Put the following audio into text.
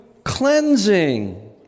cleansing